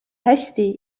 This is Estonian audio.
hästi